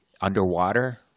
underwater